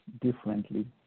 differently